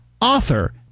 author